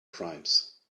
crimes